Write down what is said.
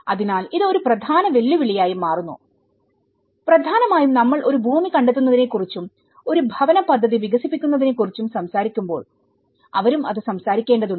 അതിനാൽ ഇത് ഒരു പ്രധാന വെല്ലുവിളിയായി മാറുന്നു പ്രധാനമായും നമ്മൾ ഒരു ഭൂമി കണ്ടെത്തുന്നതിനെക്കുറിച്ചും ഒരു ഭവന പദ്ധതി വികസിപ്പിക്കുന്നതിനെക്കുറിച്ചും സംസാരിക്കുമ്പോൾ അവരും അത് സംസാരിക്കേണ്ടതുണ്ട്